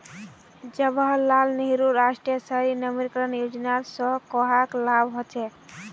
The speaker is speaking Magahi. जवाहर लाल नेहरूर राष्ट्रीय शहरी नवीकरण योजनार स कहाक लाभ हछेक